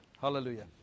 Hallelujah